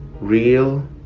real